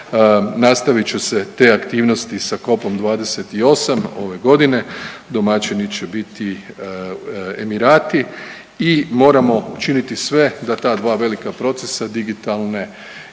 nastavit će se te aktivnosti sa COP28 ove godine, domaćini će biti Emirati i moramo činiti sve da ta dva velika procesa digitalne